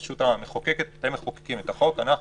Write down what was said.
הרשות המחוקקת אתם מחוקקים את החוק ואנחנו,